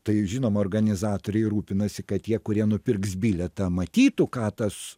tai žinoma organizatoriai rūpinasi kad tie kurie nupirks bilietą matytų ką tas